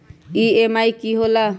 EMI की होला?